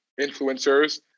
influencers